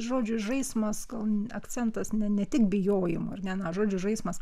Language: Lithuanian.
žodžių žaismas gal akcentas ne ne tik bijojimo ar ne na žodžių žaismas